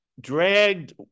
dragged